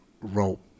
rope